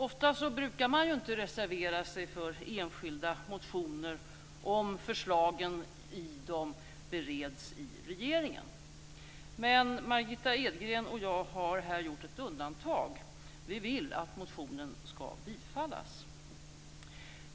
Ofta brukar man ju inte reservera sig för enskilda motioner om förslagen i dem bereds i regeringen. Men Margitta Edgren och jag har här gjort ett undantag. Vi vill att motionen skall bifallas.